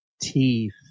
teeth